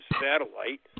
satellite